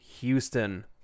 Houston